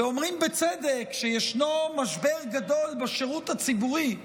ואומרים בצדק שישנו משבר גדול בשירות הציבורי.